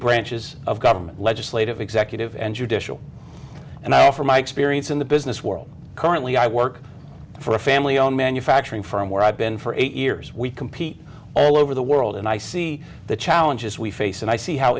branches of government legislative executive and judicial and i offer my experience in the business world currently i work for a family on manufacturing from where i've been for eight years we compete all over the world and i see the challenges we face and i see how